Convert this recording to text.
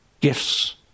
gifts